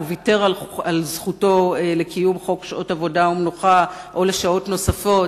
הוא ויתר על זכותו לקיום חוק שעות עבודה ומנוחה או לשעות נוספות,